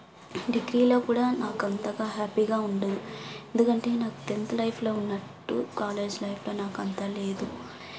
డిగ్రీలో కూడా నాకు అంతగా హ్యాపిగా ఉండదు ఎందుకంటే నాకు టెంత్ లైఫ్లో ఉన్నట్టు కాలేజ్ లైఫ్లో నాకు అంతలేదు